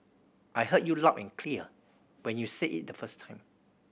I heard you loud and clear when you said it the first time